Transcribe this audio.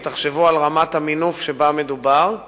אם תחשבו על רמת המינוף שבה מדובר.